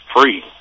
free